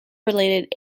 related